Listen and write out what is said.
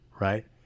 right